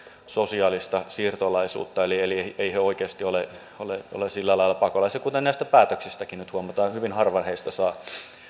sosiaalista siirtolaisuutta eli eli eivät he oikeasti ole sillä lailla pakolaisia kuten näistä päätöksistäkin nyt huomataan hyvin harva heistä saa